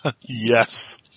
Yes